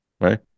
Right